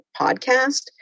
podcast